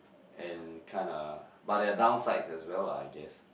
and kinda but there're downsides as well lah I guess